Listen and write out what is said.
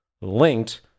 linked